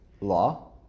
law